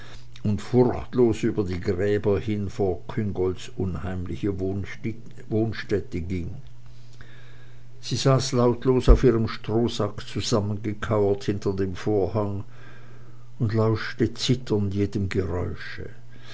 und furchtlos über die gräber hin vor küngolts unheimliche wohnstätte ging sie saß lautlos auf ihrem strohsack zusammengekauert hinter dem vorhang und lauschte zitternd jedem geräusche